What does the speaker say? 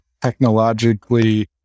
technologically